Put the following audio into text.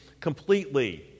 completely